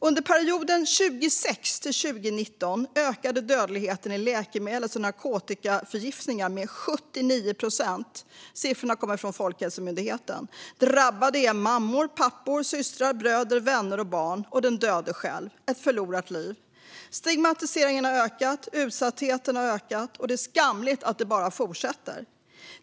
Under perioden 2006-2019 ökade dödligheten i läkemedels och narkotikaförgiftningar med 79 procent. Siffrorna kommer från Folkhälsomyndigheten. Drabbade är mammor, pappor, systrar, bröder, vänner och barn samt den döde själv - ett förlorat liv. Stigmatiseringen har ökat. Utsattheten har ökat. Det är skamligt att det bara fortsätter.